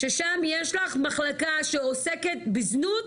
ששם יש לך מחלקה שעוסקת בזנות,